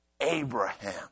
Abraham